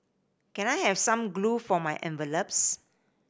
can I have some glue for my envelopes